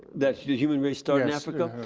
the human race started in africa?